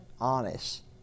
Honest